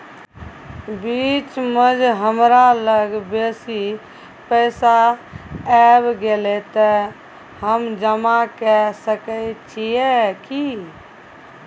बीच म ज हमरा लग बेसी पैसा ऐब गेले त हम जमा के सके छिए की?